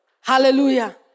Hallelujah